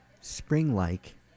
spring-like